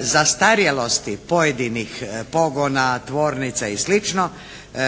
zastarjelosti pojedinih pogona, tvornica i slično